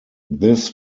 this